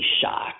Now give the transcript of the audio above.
shocked